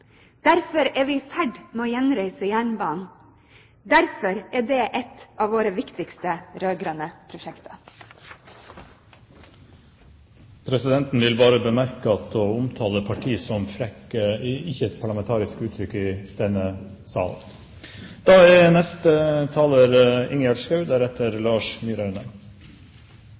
Derfor er vi i ferd med å gjenreise jernbanen. Derfor er det et av våre viktigste rød-grønne prosjekter. Presidenten vil bemerke at det å omtale partier som «frekke» ikke er et parlamentarisk uttrykk i denne salen.